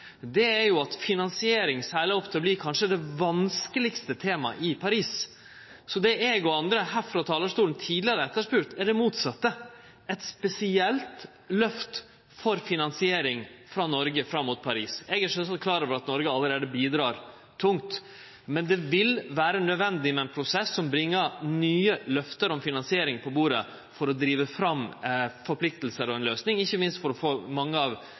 det særleg problematisk, er at finansiering seglar opp til å verte kanskje det vanskelegaste temaet i Paris. Det eg og andre her frå talarstolen tidlegare har etterspurt, er det motsette; eit spesielt løft for finansiering frå Noreg fram mot Paris. Eg er sjølvsagt klar over at Noreg allereie bidrar tungt, men det vil vere nødvendig med ein prosess som bringer nye løfte om finansiering på bordet for å drive fram forpliktingar og ei løysing, ikkje minst for å få mange av